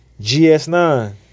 GS9